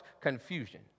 confusion